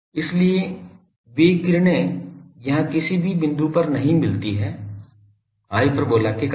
इसलिए वे किरणें यहां किसी भी बिंदु पर नहीं मिलती हैं हाइपरबोला के कारण